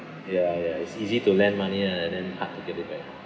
ya ya it's easy to lend money ah and then hard to get it back